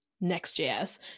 Next.js